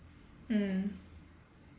mm